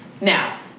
Now